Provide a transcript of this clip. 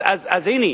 אז הנה,